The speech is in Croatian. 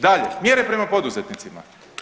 Dalje, mjere prema poduzetnicima.